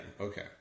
okay